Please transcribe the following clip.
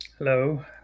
Hello